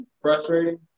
frustrating